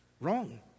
Wrong